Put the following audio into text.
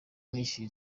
nishyuye